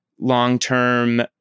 long-term